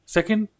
Second